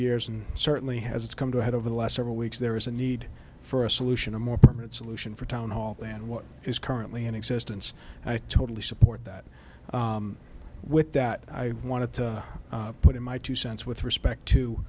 years and certainly has come to a head over the last several weeks there is a need for a solution a more permanent solution for townhall than what is currently in existence and i totally support that with that i want to put in my two cents with respect to